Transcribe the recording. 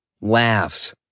laughs